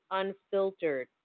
unfiltered